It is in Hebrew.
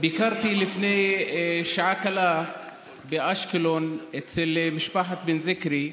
ביקרתי לפני שעה קלה באשקלון אצל משפחת בן זיקרי,